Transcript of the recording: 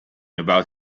about